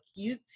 YouTube